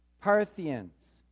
Parthians